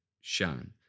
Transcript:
shine